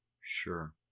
sure